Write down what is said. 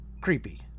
Creepy